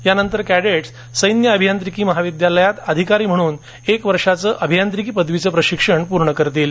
यानंतर कैडकेस् सैन्य अभियन्त्रिकी महाविद्यालयात् अधिकारी म्हणून एक वर्षाच अभियन्त्रिकी पदवीच शिक्षण पूर्ण करतील